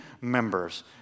members